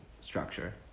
structure